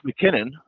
McKinnon